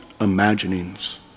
imaginings